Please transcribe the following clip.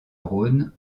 rhône